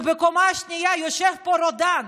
בקומה השנייה יושב פה רודן,